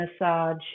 massage